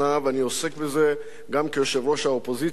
ואני עוסק בזה גם כיושב-ראש האופוזיציה,